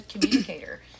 communicator